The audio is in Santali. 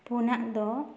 ᱯᱩᱱᱟᱜ ᱫᱚ